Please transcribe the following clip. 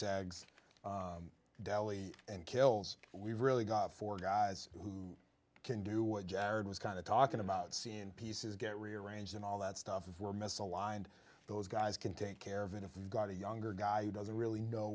segues delhi and kills we've really got four guys who can do what jared was kind of talking about seeing pieces get rearranged and all that stuff we're misaligned those guys can take care of and if we've got a younger guy who doesn't really know